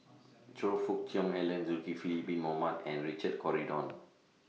Choe Fook Cheong Alan Zulkifli Bin Mohamed and Richard Corridon